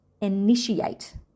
initiate